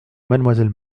mademoiselle